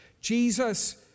Jesus